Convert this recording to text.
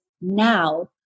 now